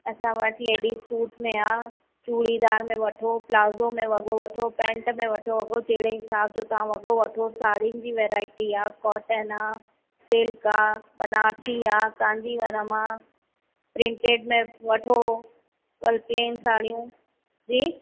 असां वटि ladies suit में आहे चूड़ीदार में वठो प्लाजो में वॻो वठो पैंट में वठो वॻो जहिड़े हिसाब जो तव्हां वॻो वठो साड़ियुनि जी वैरायटी आहे कॉटन आहे सिल्क आहे बनारसी आहे कांजीवरम आहे प्रिंटिड में वठो पल प्लेन साड़ियूं जी